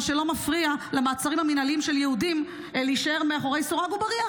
מה שלא מפריע למעצרים המינהליים של יהודים להישאר מאחורי סורג ובריח,